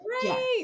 great